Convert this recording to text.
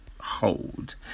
hold